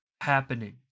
Happening